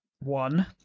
one